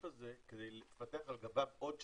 הזה כדי לפתח על גביו עוד שירותים.